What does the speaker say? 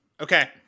Okay